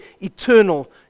eternal